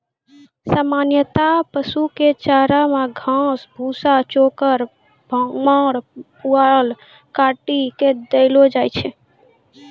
सामान्यतया पशु कॅ चारा मॅ घास, भूसा, चोकर, माड़, पुआल काटी कॅ देलो जाय छै